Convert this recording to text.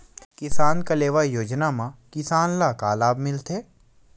किसान कलेवा योजना म किसान ल का लाभ मिलथे?